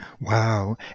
Wow